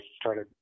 started